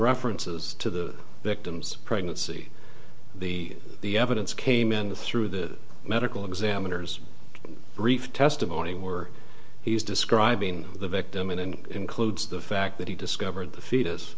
references to the victim's pregnancy the the evidence came in through the medical examiner's brief testimony or he's describing the victim and includes the fact that he discovered the fetus